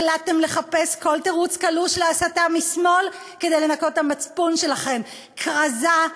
החלטתם לחפש כל תירוץ קלוש להסתה משמאל כדי לנקות את המצפון שלכם: כרזה,